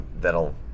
that'll